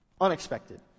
Unexpected